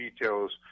details